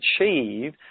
achieve